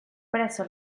presso